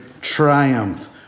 triumph